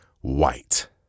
white